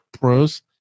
pros